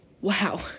Wow